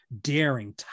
Daring